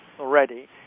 already